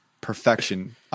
perfection